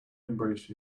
embrace